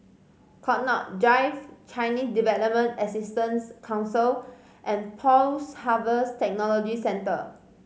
Connaught Drive Chinese Development Assistance Council and Post Harvest Technology Centre